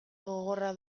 gogorra